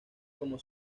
como